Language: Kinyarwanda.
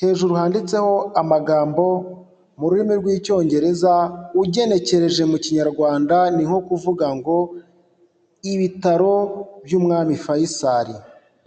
hejuru handitseho amagambo mu rurimi rw'Icyongereza, ugenekereje mu kinyarwanda ni nko kuvuga ngo ibitaro by'Umwami Fayisari.